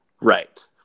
Right